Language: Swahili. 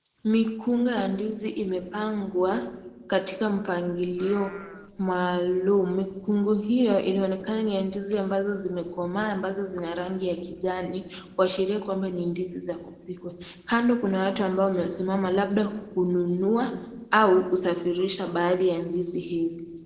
Mikunga ya ndizi imepangwa katika mpangilio maalum, mikungu hio inaonekana ni ya ndizi ambazo zimekomaa ambazo zina rangi ya kijani kuashiria kuwa ni ndizi za kupikwa. Kando kuna watu ambao wamesimama labda kununua au kusafirisha baadhi ya ndizi hizi.